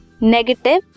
negative